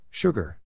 Sugar